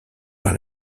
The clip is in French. par